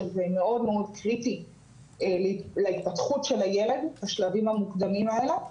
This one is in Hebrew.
שזה מאוד מאוד קריטי להתפתחות של הילד בשלבים המוקדמים האלה,